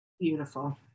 Beautiful